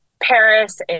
Paris